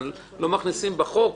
אבל לא מכניסים את זה לחוק,